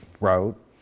wrote